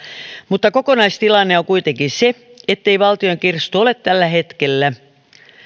mutta kokonaistilanne on kuitenkin se ettei valtion kirstu ole tällä hetkellä